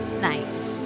Nice